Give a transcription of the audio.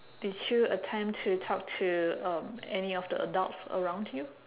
did you attempt to talk to um any of the adults around you